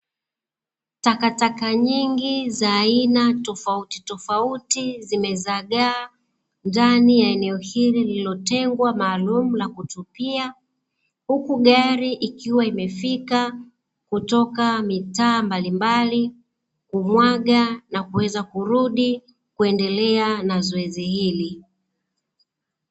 Takataka nyingi za aina tofauti tofauti zimezagaa ndani ya eneo hili lililotemgwa maalumu la kutupia, huku gari ikiwa imefika kutoka mitaa mbalimbali kumwaga na kuweza kurudi kuendelea na zoezi hili.